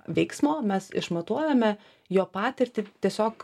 veiksmo mes išmatuojame jo patirtį tiesiog